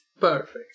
Perfect